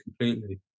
completely